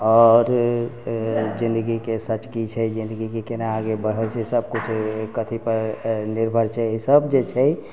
आओर जिनगी के सच की छै जिनगी केना आगे बढ़ै छै से सब किछु कथी पर निर्भर छै इसब जे छै